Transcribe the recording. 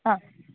ആ